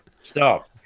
stop